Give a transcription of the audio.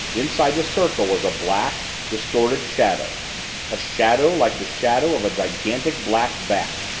inside the circle was a black, distorted shadow a shadow like the shadow of a gigantic black bat!